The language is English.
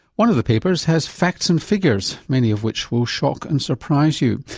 one of the papers has facts and figures, many of which will shock and surprise you.